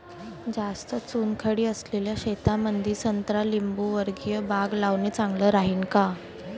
जास्त चुनखडी असलेल्या शेतामंदी संत्रा लिंबूवर्गीय बाग लावणे चांगलं राहिन का?